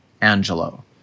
Angelo